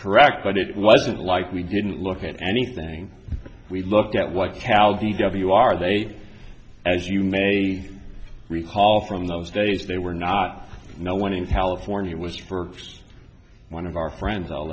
correct but it wasn't like we didn't look at anything we looked at what cal v w are they as you may recall from those days they were not no one in california was for us one of our friends